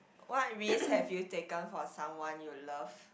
what risk have you taken for someone you love